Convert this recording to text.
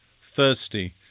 thirsty